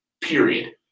Period